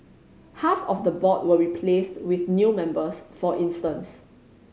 half of the board were replaced with new members for instance